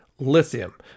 lithium